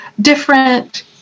different